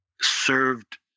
served